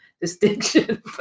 distinction